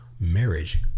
marriage